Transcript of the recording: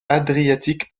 adriatique